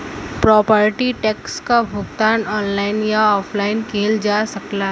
property tax क भुगतान online या ऑफलाइन किहल जा सकला